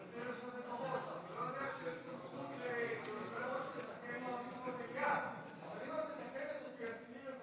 אני לא יודע שליושבי-ראש יש סמכות לתקן חברי כנסת במליאה.